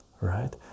right